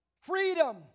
freedom